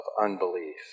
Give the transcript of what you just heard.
unbelief